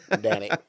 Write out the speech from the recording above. Danny